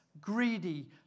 greedy